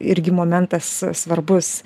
irgi momentas svarbus